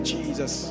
Jesus